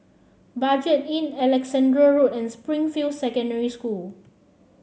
Budget Inn Alexandra Road and Springfield Secondary School